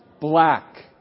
Black